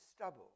stubble